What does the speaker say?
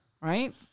right